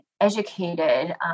educated